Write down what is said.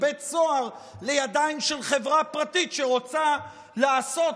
בית סוהר לידיים של חברה פרטית שרוצה לעשות